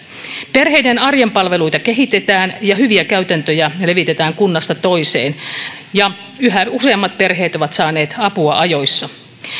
perheiden arjen palveluita kehitetään ja hyviä käytäntöjä levitetään kunnasta toiseen ja yhä useammat perheet ovat saaneet apua ajoissa